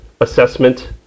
assessment